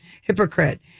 Hypocrite